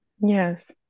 Yes